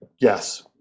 yes